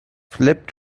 flip